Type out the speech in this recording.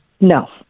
No